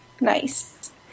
Nice